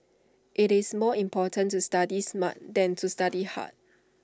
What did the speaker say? IT is more important to study smart than to study hard